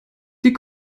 die